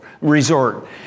resort